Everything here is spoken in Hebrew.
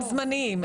הם זמניים.